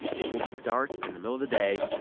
it will be dark in the middle of the day.